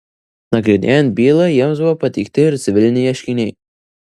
nagrinėjant bylą jiems buvo pateikti ir civiliniai ieškiniai